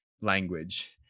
language